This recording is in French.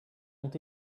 ont